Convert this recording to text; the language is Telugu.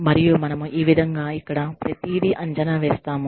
మరియు మనము ఈ విధంగా ఇక్కడ ప్రతిదీ అంచనా వేస్తాము